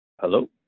Hello